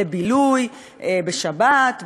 לבילוי בשבת,